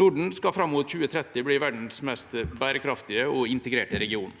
Norden skal fram mot 2030 bli verdens mest bærekraftige og integrerte region.